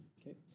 Okay